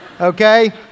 Okay